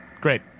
Great